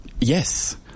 Yes